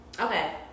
Okay